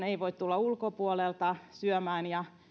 ei voi tulla ulkopuolelta syömään ja